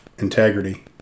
integrity